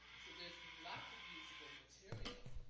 so there is lots of usable material,